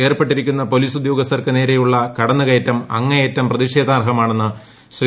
ഏർപ്പെട്ടിരിക്കുന്ന പൊലീസ് ഉദ്യോഗസ്ഥർക്ക് നേരെയുള്ള കടന്നുകയറ്റം അങ്ങേയറ്റ് പ്രപ്രതിഷേധാർഹമാണെന്ന് ശ്രീ